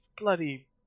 bloody